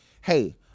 hey